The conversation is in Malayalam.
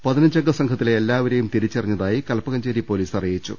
പതിനഞ്ചംഗ സംഘത്തിലെ എല്ലാവരെയും തിരിച്ചറിഞ്ഞതായി കൽപ്പകഞ്ചേരി പൊലീസ് അറിയിച്ചു